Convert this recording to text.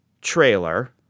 trailer